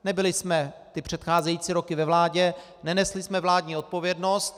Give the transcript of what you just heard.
Nebyli jsme ty předcházející roky ve vládě, nenesli jsme vládní odpovědnost.